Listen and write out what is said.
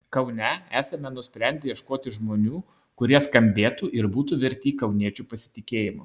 kaune esame nusprendę ieškoti žmonių kurie skambėtų ir būtų verti kauniečių pasitikėjimo